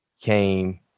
came